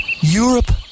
Europe